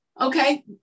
Okay